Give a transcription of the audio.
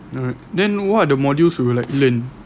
then what are the modules you will like learn